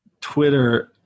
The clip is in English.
Twitter